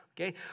Okay